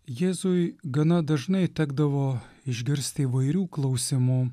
jėzui gana dažnai tekdavo išgirsti įvairių klausimų